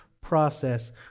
process